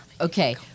Okay